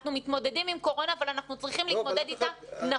אנחנו מתמודדים עם קורונה אבל אנחנו צריכים להתמודד איתה נכון.